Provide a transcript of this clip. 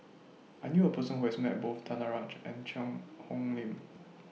I knew A Person Who has Met Both Danaraj and Cheang Hong Lim